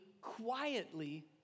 quietly